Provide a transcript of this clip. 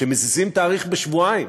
שמזיזים תאריך בשבועיים,